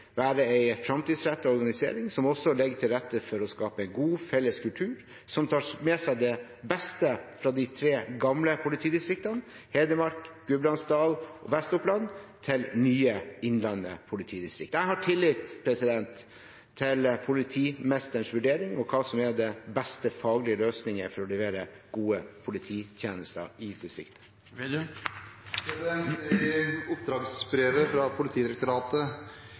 være en fremtidsrettet organisering som også legger til rette for å skape god, felles kultur, som tar med seg det beste fra de tre gamle politidistriktene – Hedmark, Gudbrandsdal og Vestoppland – til nye Innlandet politidistrikt. Jeg har tillit til politimesterens vurdering av hva som er den beste faglige løsningen for å levere gode polititjenester i distriktet. I oppdragsbrevet fra Politidirektoratet